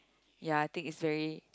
ya I think it's very